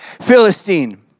Philistine